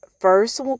first